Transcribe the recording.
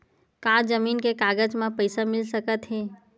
का जमीन के कागज म पईसा मिल सकत हे?